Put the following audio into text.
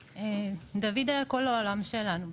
דוד היה כל העולם שלנו.